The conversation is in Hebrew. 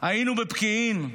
היינו בפקיעין,